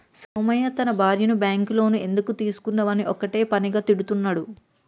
సోమయ్య తన భార్యను bank loan ఎందుకు తీసుకున్నవని ఒక్కటే పనిగా తిడుతున్నడు